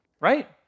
Right